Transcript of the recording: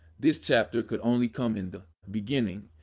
this chapter could only come in the beginning.